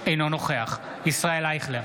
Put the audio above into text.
אינו נוכח ישראל אייכלר,